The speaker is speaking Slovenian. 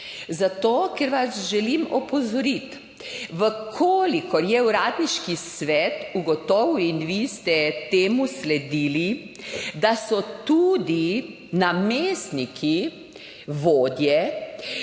Zato ker vas želim opozoriti, da če je Uradniški svet ugotovil in ste vi temu sledili, da so tudi namestniki vodje,